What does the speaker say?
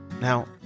now